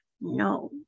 no